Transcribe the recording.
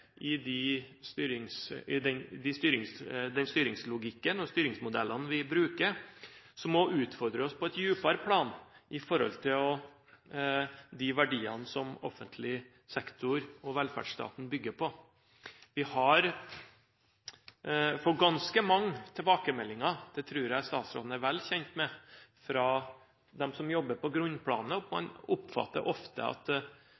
vi bruker, som også utfordrer oss på et dypere plan med tanke på de verdiene som offentlig sektor og velferdsstaten bygger på. Vi har fått ganske mange tilbakemeldinger – det tror jeg statsråden er vel kjent med – fra dem som jobber på grunnplanet. Man oppfatter ofte at